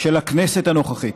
של הכנסת הנוכחית.